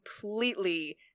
completely